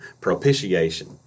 Propitiation